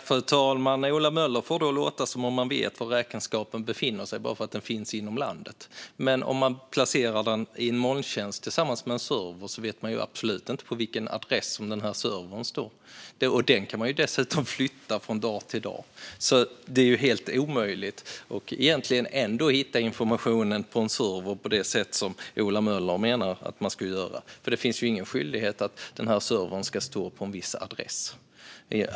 Fru talman! Ola Möller får det att låta som om man vet var räkenskaperna befinner sig bara för att de finns inom landet. Men om de placeras i en molntjänst tillsammans med en server vet man absolut inte på vilken adress den servern står. Den kan man dessutom flytta från dag till dag, så egentligen är det ändå helt omöjligt att hitta informationen på en server på det sätt som Ola Möller menar att man ska göra. Det finns ju ingen skyldighet att ha den här servern på en viss adress.